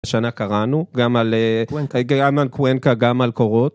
השנה קראנו גם על קווינקה גם על קורות.